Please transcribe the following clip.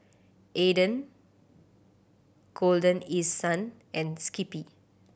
Aden Golden East Sun and Skippy